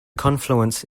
confluence